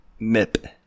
MIP